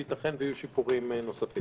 וייתכן שיהיו שיפורים נוספים.